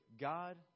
God